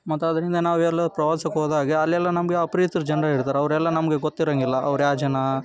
ಮತ್ತು ಅದರಿಂದ ನಾವೆಲ್ಲೋ ಪ್ರವಾಸಕ್ಕೆ ಹೋದಾಗೆ ಅಲ್ಲೆಲ್ಲ ನಮಗೆ ಅಪ್ರಿತ್ರ್ ಜನ್ರು ಇರ್ತಾರೆ ಅವರೆಲ್ಲ ನಮಗೆ ಗೊತ್ತಿರೋಂಗಿಲ್ಲ ಅವ್ರು ಯಾವ ಜನ